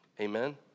Amen